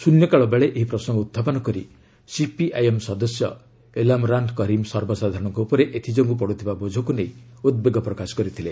ଶ୍ରନ୍ୟକାଳବେଳେ ଏହି ପ୍ରସଙ୍ଗ ଉତ୍ଥାପନ କରି ସିପିଆଇଏମ୍ ସଦସ୍ୟ ଏଲାମରାନ କରିମ୍ ସର୍ବସାଧାରଣଙ୍କ ଉପରେ ଏଥିଯୋଗୁଁ ପଡ଼ୁଥିବା ବୋଝକୁ ନେଇ ଉଦ୍ବେଗ ପ୍ରକାଶ କରିଥିଲେ